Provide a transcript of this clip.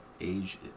age